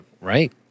right